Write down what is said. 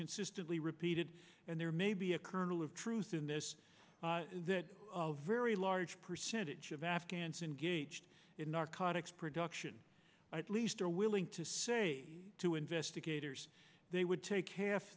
consistently repeated and there may be a kernel of truth in this very large percentage of afghans engaged in narcotics production at least are willing to say to investigators they would take half